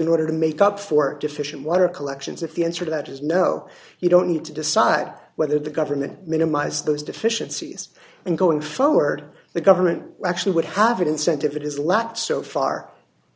in order to make up for efficient water collections if the answer to that is no you don't need to decide whether the government minimise those deficiencies and going forward the government actually would have an incentive it is a lot so far